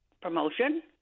promotion